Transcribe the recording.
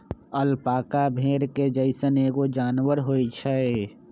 alpaca भेड़ के जइसन एगो जानवर होई छई